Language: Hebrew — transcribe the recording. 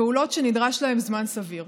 פעולות שנדרש להן זמן סביר.